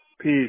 Peace